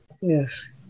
Yes